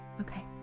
Okay